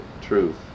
truth